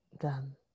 done